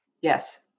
Yes